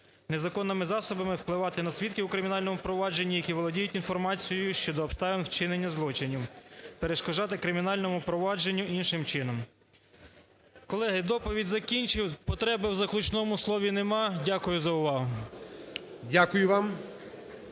незаконними засобами впливати на свідків у кримінальному провадженні, які володіють інформацією щодо обставин вчинення злочинів, перешкоджати кримінальному провадженню іншим чином. Колеги, доповідь закінчив. Потреби в заключному слові нема. Дякую за увагу. ГОЛОВУЮЧИЙ.